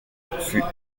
fut